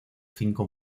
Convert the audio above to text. cinco